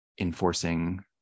enforcing